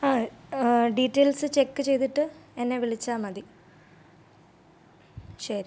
ആ details check ചെയ്തിട്ട് എന്നെ വിളിച്ചാൽ മതി ശരി